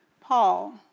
Paul